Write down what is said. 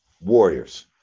Warriors